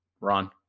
Ron